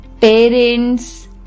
parents